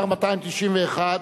(מס' 191),